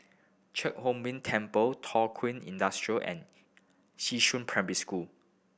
Chia Hung Temple Thow Kwang Industry and Xishan Primary School